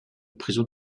prison